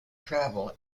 travel